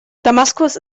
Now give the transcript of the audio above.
damaskus